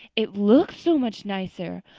it looks so much nicer.